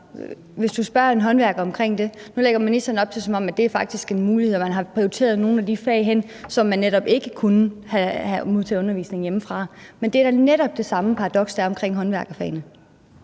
bare spørge en håndværker om. Nu lægger ministeren op til, at det faktisk er en mulighed, og at man har prioriteret nogle af de fag, som netop ikke er egnet til at blive undervist i hjemmefra. Men det er da netop det samme paradoks, der er omkring håndværkerfagene.